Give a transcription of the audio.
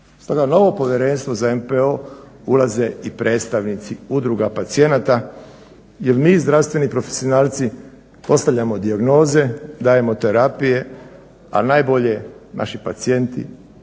Stoga u ovo Povjerenstvo za MPO ulaze i predstavnici Udruga pacijenata jer mi zdravstveni profesionalci postavljamo dijagnoze, dajemo terapije, a najbolje naši pacijenti